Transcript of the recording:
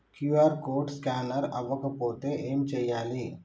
QR code scanner అవ్వకపోతే ఏం చేయాలి?